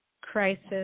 crisis